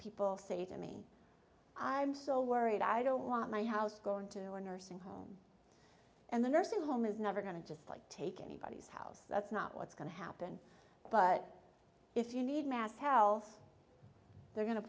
people say to me i'm so worried i don't want my house to go into a nursing home and the nursing home is never going to just like take anybody's house that's not what's going to happen but if you need mass health they're going to